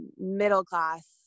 middle-class